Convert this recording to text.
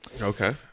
Okay